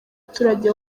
baturage